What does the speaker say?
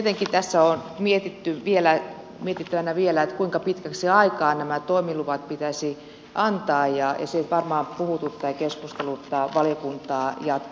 tietenkin tässä on mietittävänä vielä kuinka pitkäksi aikaa nämä toimiluvat pitäisi antaa ja se varmaan puhututtaa ja keskusteluttaa valiokuntaa jatkossakin